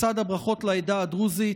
לצד הברכות לעדה הדרוזית,